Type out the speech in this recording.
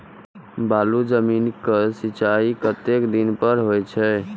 बालू जमीन क सीचाई कतेक दिन पर हो छे?